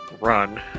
run